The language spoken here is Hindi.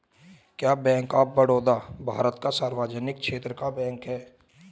क्या बैंक ऑफ़ बड़ौदा भारत का सार्वजनिक क्षेत्र का बैंक है?